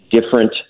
different